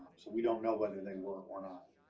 um so we don't know whether they were or not.